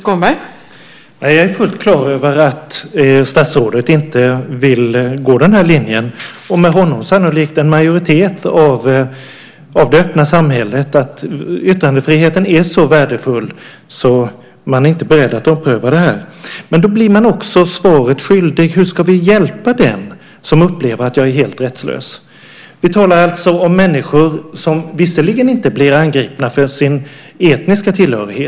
Fru talman! Jag är fullt klar över att statsrådet inte vill följa den här linjen, och med honom sannolikt en majoritet av det öppna samhället. Yttrandefriheten är så värdefull att man inte är beredd att ompröva det här. Men då blir man också svaret skyldig: Hur ska vi hjälpa den som upplever att han eller hon är helt rättslös? Vi talar alltså om människor som visserligen inte blir angripna för sin etniska tillhörighet.